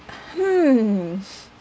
hmm